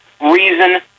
reason